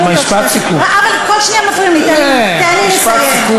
היא תקבע פעם ראשונה בחקיקה,